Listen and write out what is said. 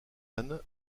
anne